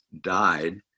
died